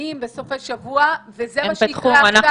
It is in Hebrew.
הקניונים בסופי שבוע וזה מה שיקרה בעולם התרבות.